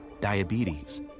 diabetes